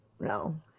No